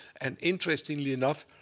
and interestingly enough,